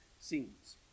scenes